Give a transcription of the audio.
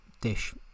dish